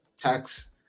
tax